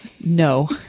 No